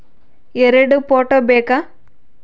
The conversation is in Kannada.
ಎರಡು ಫೋಟೋ ಬೇಕಾ?